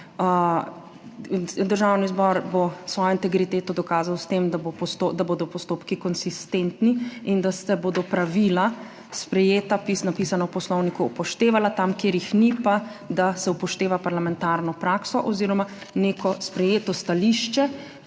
Državni zbor bo svojo integriteto dokazal s tem, da bodo postopki konsistentni in da se bodo pravila, sprejeta, napisana v Poslovniku, upoštevala. Tam, kjer jih ni, pa da se upošteva parlamentarno prakso oziroma neko sprejeto stališče,